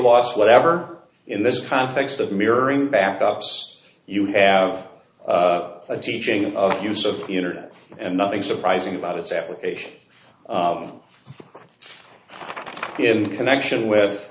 lost whatever in this context of mirroring back ups you have a teaching of use of the internet and nothing surprising about its application in connection with